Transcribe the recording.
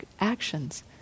actions